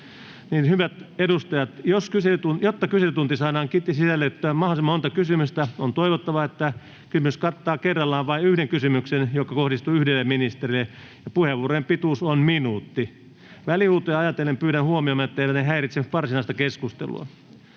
Hyvät edustajat! Jotta kyselytuntiin saadaan sisällytettyä mahdollisimman monta kysymystä, on toivottavaa, että kysymys kattaa kerrallaan vain yhden kysymyksen, joka kohdistuu yhdelle ministerille. Puheenvuorojen pituus on 1 minuutti. Välihuutoja ajatellen pyydän huomioimaan, etteivät ne häiritse varsinaista keskustelua.